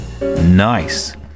Nice